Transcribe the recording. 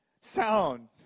sound